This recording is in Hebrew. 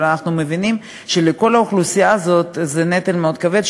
אבל אנחנו מבינים שלכל האוכלוסייה הזאת זה נטל מאוד כבד.